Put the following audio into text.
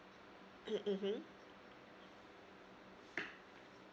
mm mmhmm